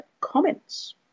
comments